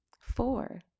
Four